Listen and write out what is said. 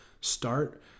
start